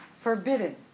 forbidden